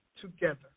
together